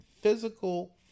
physical